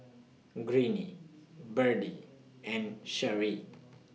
Greene Birdie and Sheri